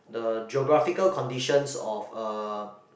the geographical conditions of a